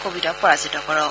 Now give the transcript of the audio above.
কোৱিডক পৰাজিত কৰক